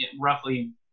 roughly